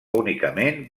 únicament